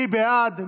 מי בעד?